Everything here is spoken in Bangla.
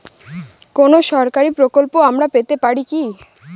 কোন সরকারি প্রকল্প আমরা পেতে পারি কি?